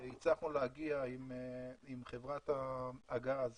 הצלחנו להגיע עם חברת הגז